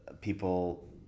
people